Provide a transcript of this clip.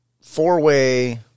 four-way